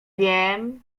wiem